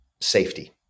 safety